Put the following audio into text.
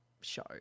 show